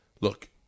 Look